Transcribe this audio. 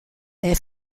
est